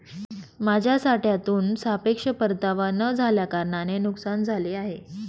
माझ्या साठ्यातून सापेक्ष परतावा न झाल्याकारणाने नुकसान झाले आहे